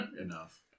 Enough